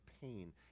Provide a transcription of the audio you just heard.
pain